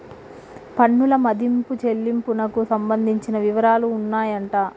పన్నుల మదింపు చెల్లింపునకు సంబంధించిన వివరాలు ఉన్నాయంట